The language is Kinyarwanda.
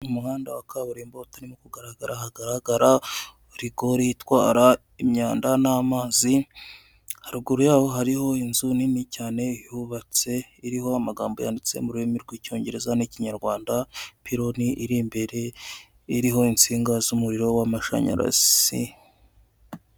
Ni umuhanda wa kaburimbo utarimo kugaragara ahagaragara rigori itwara imyanda n'amazi, haruguru yaho hariho inzu nini cyane yubatse iriho amagambo yanditse mu rurimi rw'icyongereza n'ikinyarwanda. Ipironi iri imbere iriho insinga z'umuriro w'amashanyarazi.